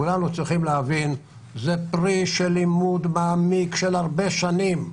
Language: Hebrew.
כולנו צריכים להבין שזה פרי של לימוד מעמיק של הרבה שנים,